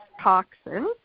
toxins